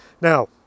Now